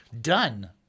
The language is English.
done